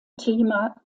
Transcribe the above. thema